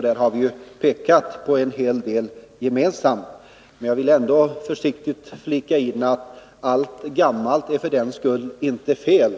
Vi har där gemensamt visat på en hel del, men jag vill ändå försiktigt flika in att allt gammalt för den skull inte är fel.